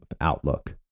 outlook